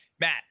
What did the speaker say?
Matt